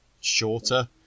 shorter